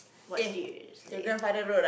what do you say